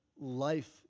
life